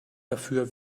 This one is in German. dafür